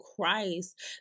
Christ